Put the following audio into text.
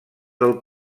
del